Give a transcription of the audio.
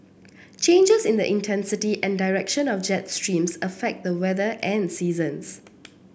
changes in the intensity and direction of jet streams affect the weather and seasons